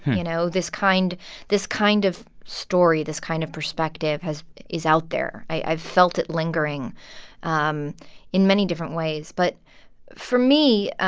you know? this kind this kind of story, this kind of perspective has is out there. i've felt it lingering um in many different ways. but for me,